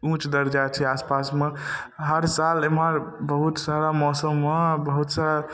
उँच दर्जा छै आसपासमे हर साल एम्हर बहुत सारा मौसममे आओर बहुत सारा